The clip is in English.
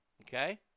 Okay